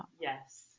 Yes